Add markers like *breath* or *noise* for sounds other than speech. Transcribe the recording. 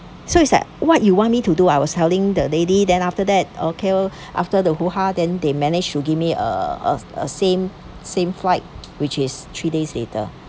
so it's like what you want me to do I was telling the lady then after that okay oh *breath* after the hooha then they managed to give me uh uh a same same flight which is three days later